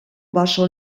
baso